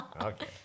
Okay